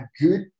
good